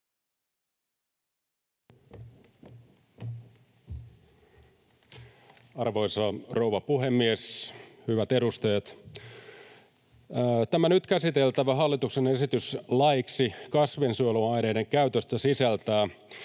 Arvoisa rouva puhemies! Hyvät edustajat! Tämä nyt käsiteltävä hallituksen esitys laeiksi kasvinsuojeluaineiden käytöstä sisältää